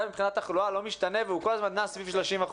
מבחינת התחלואה לא משתנה והוא כל הזמן נע סביב 30%,